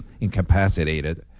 incapacitated